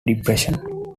depression